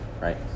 right